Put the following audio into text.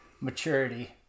maturity